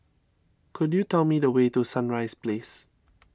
could you tell me the way to Sunrise Place